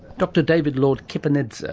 dr david lordkipanidze,